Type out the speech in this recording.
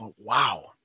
Wow